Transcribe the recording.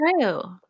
true